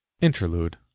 Interlude